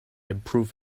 improve